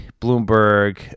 Bloomberg